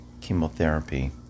chemotherapy